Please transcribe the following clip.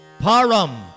Param